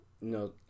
no